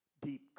Deep